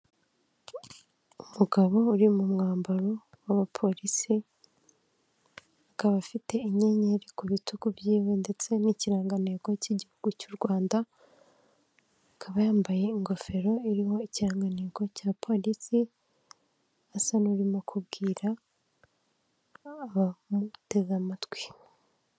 Umugabo uri mu mwambaro w'abapolisi, akaba afite inyenyeri ku bitugu byiwe ndetse n'ikirangantego cy'igihugu cy'u Rwanda, akaba yambaye ingofero iriho ikigantego cya polisi, asa n'urimo kubwira abamutega amatwi.